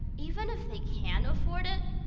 even if they can afford it,